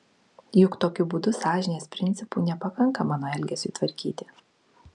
juk tokiu būdu sąžinės principų nepakanka mano elgesiui tvarkyti